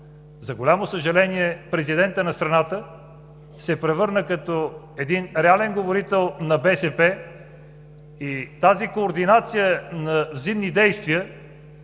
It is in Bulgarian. За голямо съжаление президентът на страната се превърна в един реален говорител на БСП и тази координация на взаимни действия